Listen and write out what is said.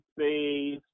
space